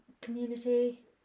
community